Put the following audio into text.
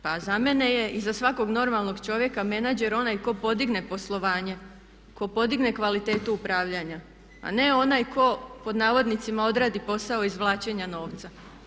Pa za mene je i za svakog normalnog čovjeka menadžer onaj tko podigne poslovanje, tko podigne kvalitetu upravljanja, a ne onaj tko pod navodnicima odradi posao izvlačenja novca.